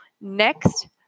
Next